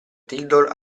tildor